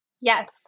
Yes